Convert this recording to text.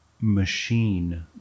machine